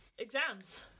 Exams